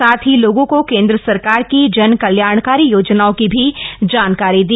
साथ ही लोगों को केंद्र सरकार की जनकल्याणकारी योजनाओं की जानकारी भी दी